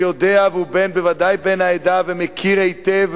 שיודע והוא בן העדה ובוודאי מכיר היטב,